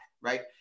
right